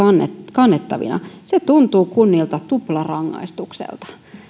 kannettavina tuntuvat kunnista tuplarangaistukselta